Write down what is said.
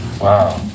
Wow